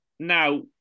Now